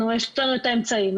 יש לנו את האמצעים,